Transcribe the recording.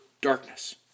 darkness